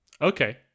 Okay